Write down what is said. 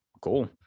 cool